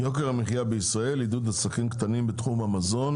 יוקר המחיה בישראל עידוד עסקים קטנים בתחום המזון